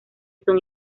son